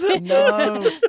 No